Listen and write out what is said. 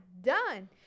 done